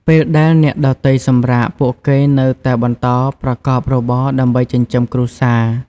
ពេលដែលអ្នកដទៃសម្រាក ពួកគេនៅតែបន្តប្រកបរបរដើម្បីចិញ្ចឹមគ្រួសារ។